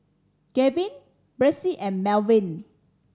Garvin Bryce and Melvin